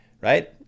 right